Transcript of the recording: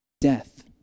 death